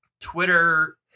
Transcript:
Twitter